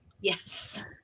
Yes